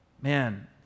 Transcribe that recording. man